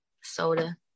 Soda